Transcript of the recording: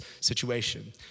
situation